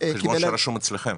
חשבון שרשום אצלכם.